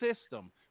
system